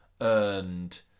earned